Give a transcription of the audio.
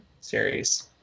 series